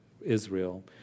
Israel